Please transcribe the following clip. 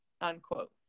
unquote